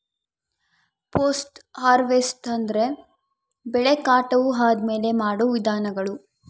post harvest ಅಂದ್ರೆ ಬೆಳೆ ಕಟಾವು ಆದ್ಮೇಲೆ ಮಾಡೋ ವಿಧಾನಗಳು